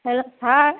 hello sir